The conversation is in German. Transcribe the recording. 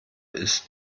ist